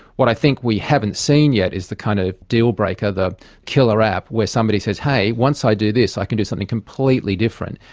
what i think we haven't seen you is the kind of dealbreaker, the killer app where somebody says, hey, once i do this i can do something completely different,